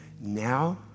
now